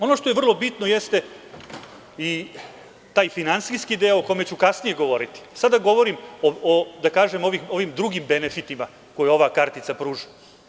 Ono što je vrlo bitno jeste i taj finansijski deo o kome ću kasnije govoriti, sada govorim o ovim drugim benefitima koje ova kartica pruža.